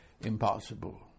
impossible